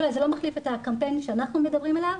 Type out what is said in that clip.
זה לא מחליף את הקמפיין שאנחנו מדברים עליו